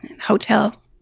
hotel